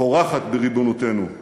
פורחת, בריבונותנו.